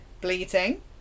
bleeding